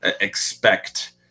expect